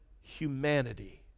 humanity